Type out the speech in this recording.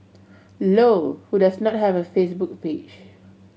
low who does not have a Facebook page